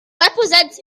represents